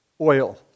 Oil